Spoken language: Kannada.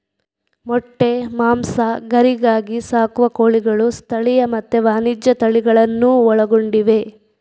ಮೊಟ್ಟೆ, ಮಾಂಸ, ಗರಿಗಾಗಿ ಸಾಕುವ ಕೋಳಿಗಳು ಸ್ಥಳೀಯ ಮತ್ತೆ ವಾಣಿಜ್ಯ ತಳಿಗಳನ್ನೂ ಒಳಗೊಂಡಿವೆ